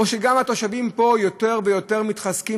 או שגם התושבים פה יותר ויותר מתחזקים